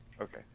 Okay